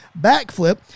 backflip